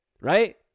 right